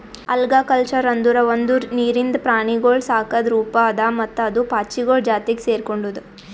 algaculture ಅಂದುರ್ ಒಂದು ನೀರಿಂದ ಪ್ರಾಣಿಗೊಳ್ ಸಾಕದ್ ರೂಪ ಅದಾ ಮತ್ತ ಅದು ಪಾಚಿಗೊಳ್ ಜಾತಿಗ್ ಸೆರ್ಕೊಂಡುದ್